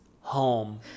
home